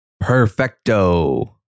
Perfecto